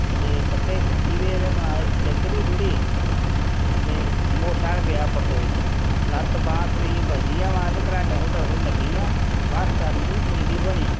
ते कपड़े सिज्जी गेदे ते माए स्लिप ही थोह्ड़ी ते मोटरसाइकल गेआ परतोई लत्त बांह् थोह्ड़ी इ'यां बची गेआ पर घराटा घरूटा थोह्ड़ी लग्गी गेआ